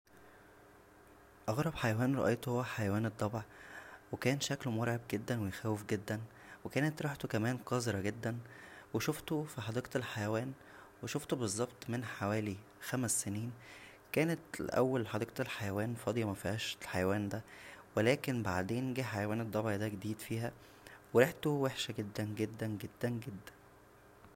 اغرب حيوان رايته هو حيوان الضبع وكان شكله مرعب جدا ويخوف جدا و كانت ريحته كمان قذره جدا و شوفته فى حديقى الحيوان وشوفته بظبط من حوالى خمس سنين كانت الاول حديقة فاضيه مفهاش الحيوان دا ولكن بعدين جه حيوان الضبع دا فيها و ريحته وحشه جدا جدا جدا جدا